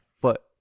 foot